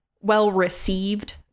well-received